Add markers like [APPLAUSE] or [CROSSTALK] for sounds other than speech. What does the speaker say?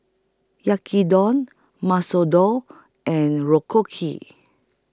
Yaki Dong Masoor Dal and [UNINTELLIGIBLE]